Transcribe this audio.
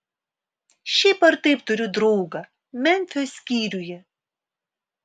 šiaip ar taip turiu draugą memfio skyriuje